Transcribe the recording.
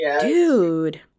Dude